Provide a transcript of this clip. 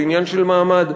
זה עניין של מעמד.